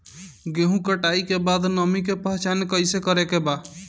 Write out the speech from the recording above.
गेहूं कटाई के बाद नमी के पहचान कैसे करेके बा?